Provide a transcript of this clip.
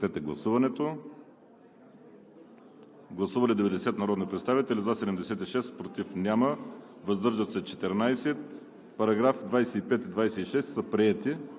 Гласували 90 народни представители: за 76, против няма, въздържали се 14. Параграфи 25 и 26 са приети.